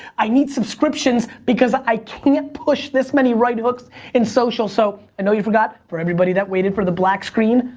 i need subscriptions, because i can't push this many right hooks in social. so, i know you forgot, for everybody that waited for the black screen,